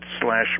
Slash